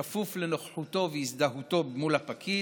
בכפוף לנוכחותו והזדהותו מול הפקיד,